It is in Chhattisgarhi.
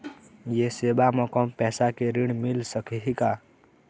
ये सेवा म कम पैसा के ऋण मिल सकही का?